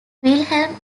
wilhelm